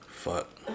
fuck